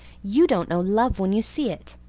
you don't know love when you see it.